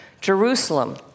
Jerusalem